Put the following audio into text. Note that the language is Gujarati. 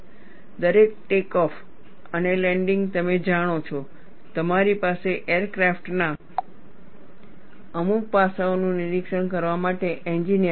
દરેક ટેકઓફ અને લેન્ડિંગ તમે જાણો છો તમારી પાસે એરક્રાફ્ટના અમુક પાસાઓનું નિરીક્ષણ કરવા માટે એન્જિનિયરો આવશે